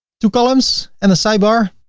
two columns and a sidebar.